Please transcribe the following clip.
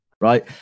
right